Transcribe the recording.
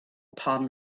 upon